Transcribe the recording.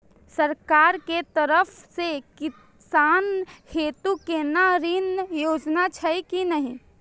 सरकार के तरफ से किसान हेतू कोना ऋण योजना छै कि नहिं?